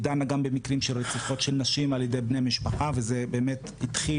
היא דנה גם במקרים של רציחות של נשים על ידי בני משפחה וזה באמת מתחיל,